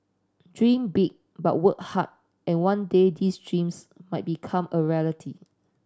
dream big but work hard and one day these dreams might become a reality